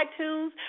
iTunes